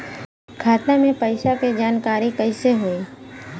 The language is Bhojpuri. खाता मे पैसा के जानकारी कइसे होई?